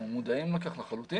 אנחנו לחלוטין מודעים לכך.